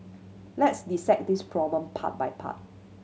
let's dissect this problem part by part